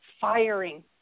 firing